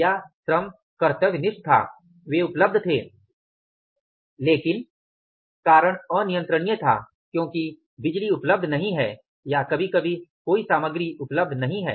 या श्रम कर्तव्यनिष्ठ था वे उपलब्ध थे लेकिन कारण अनियंत्रणीय था क्योंकि बिजली उपलब्ध नहीं है या कभी कभी कोई सामग्री उपलब्ध नहीं है